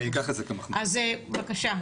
אז בבקשה.